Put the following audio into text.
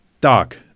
Doc